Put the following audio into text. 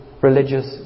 religious